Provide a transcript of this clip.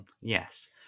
Yes